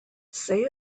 say